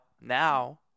now